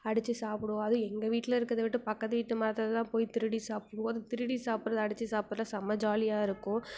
அடித்து சாப்பிடுவோம் அதுவும் எங்கள் வீட்டில் இருக்கிறத விட பக்கத்து வீட்டு மரத்தில் தான் போய் திருடி சாப்பிடுவோம் திருடி சாப்பிடுறது அடித்து சாப்பிடுறது செம்ம ஜாலியாக இருக்கும்